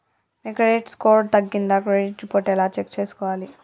మీ credit score తగ్గిందా credit report ఎలా check చేసుకోవాలి?